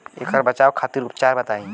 ऐकर बचाव खातिर उपचार बताई?